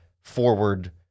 forward